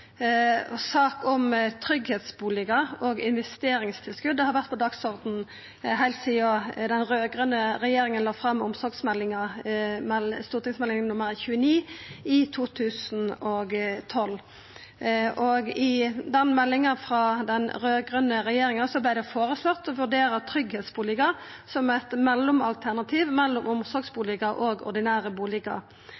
om tryggleiksbustader og investeringstilskot har vore på dagsordenen heilt sidan den raud-grøne regjeringa la fram omsorgsmeldinga, Meld. St. 29 for 2012–2013, i 2013. I den meldinga frå den raud-grøne regjeringa vart det føreslått å vurdera tryggleiksbustader som eit mellomalternativ mellom